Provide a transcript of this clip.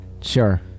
Sure